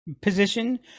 position